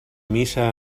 missa